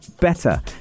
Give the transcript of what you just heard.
better